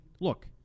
look